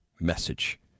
message